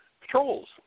patrols